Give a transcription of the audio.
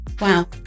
Wow